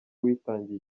witangiye